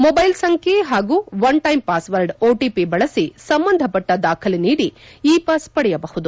mobile ಸಂಖ್ಯೆ ಹಾಗೂ one time password OTP ಬಳಸಿ ಸಂಬಂಧಪಟ್ಟ ದಾಖಲೆ ನೀಡಿ ಇ ಪಾಸ್ ಪಡೆಯಬಹುದು